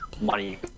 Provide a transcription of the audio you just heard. money